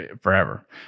forever